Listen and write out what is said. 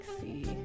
see